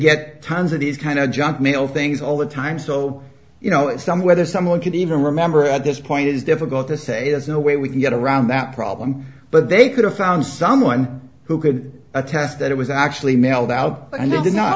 get tons of these kind of junk mail things all the time so you know it's some whether someone can even remember at this point it is difficult to say there's no way we could get around that problem but they could have found someone who could attest that it was actually mailed out and they did not know